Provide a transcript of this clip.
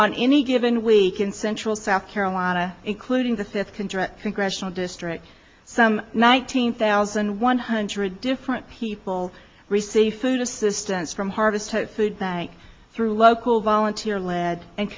on any given week in central south carolina including the fifth control congressional districts some nineteen thousand one hundred different people receive food assistance from harvest to food bank through local volunteer lead and